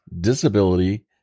disability